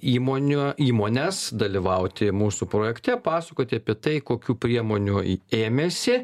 įmonių įmones dalyvauti mūsų projekte pasakoti apie tai kokių priemonių ėmėsi